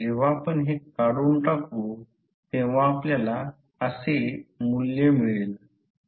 याचा परिणाम non uniform flux density आहे जो बाहेरून कमी होत आहे